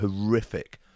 horrific